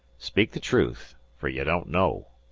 speak the truth fer ye don't know.